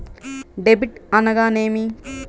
Debit అనగానేమి?